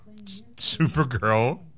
Supergirl